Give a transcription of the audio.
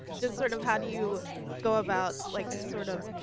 just sort of how do you go about, like, sort of,